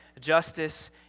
justice